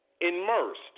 immersed